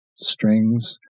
strings